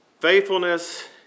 faithfulness